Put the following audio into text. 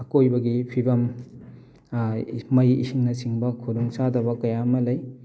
ꯑꯀꯣꯏꯕꯒꯤ ꯐꯤꯕꯝ ꯃꯩ ꯏꯁꯤꯡꯅꯆꯤꯡꯕ ꯈꯨꯗꯣꯡꯆꯥꯗꯕ ꯀꯌꯥ ꯑꯃ ꯂꯩ